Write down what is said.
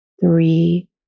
three